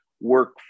work